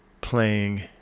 playing